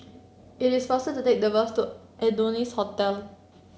it is faster to take the bus to Adonis Hotel